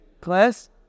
class